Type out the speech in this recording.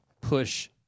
push